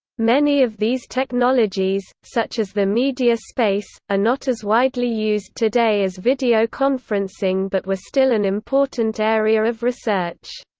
many of these technologies, such as the media space, are not as widely used today as videoconferencing but were still an important area of research.